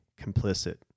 complicit